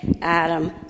Adam